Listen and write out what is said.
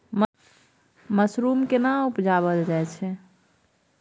Mushroom केना उबजाबल जाय छै?